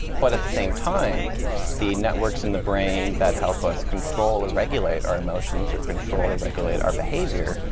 but at the same time the networks in the brain that help us control or regulate our emotions or control or regulate our behavior,